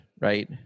Right